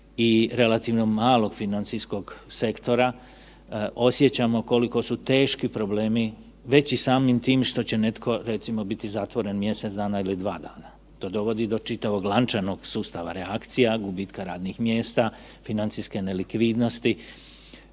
i relativno malog financijskog sektora osjećamo koliko su teški problemi već i samim tim što će netko recimo biti zatvoren mjesec dana ili dva dana, to dovodi do čitavog lančanog sustava reakcija gubitka radnih mjesta, financijske nelikvidnosti